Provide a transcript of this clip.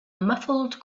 muffled